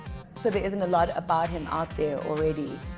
so there isn't a lot about him out there already